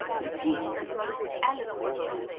who teach them most eloquently,